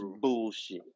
bullshit